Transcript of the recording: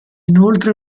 inoltre